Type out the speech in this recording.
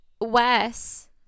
Wes